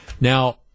Now